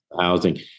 housing